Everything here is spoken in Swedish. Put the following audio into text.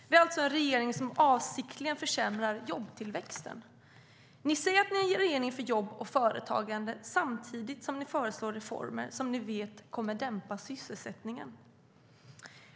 Vi har alltså en regering som avsiktligt försämrar jobbtillväxten. Ni säger att ni är en regering för jobb och företagande samtidigt som ni föreslår reformer som ni vet kommer att dämpa sysselsättningen.